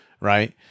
right